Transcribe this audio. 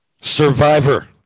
Survivor